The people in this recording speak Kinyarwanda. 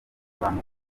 abantu